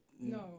No